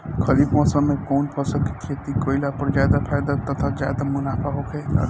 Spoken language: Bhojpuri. खरीफ़ मौसम में कउन फसल के खेती कइला पर ज्यादा उपज तथा ज्यादा मुनाफा होखेला?